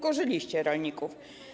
Wkurzyliście rolników.